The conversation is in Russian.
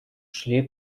шли